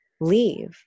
leave